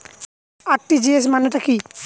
RTGS মানে টা কি?